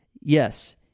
Yes